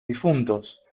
difuntos